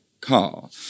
car